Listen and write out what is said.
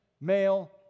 male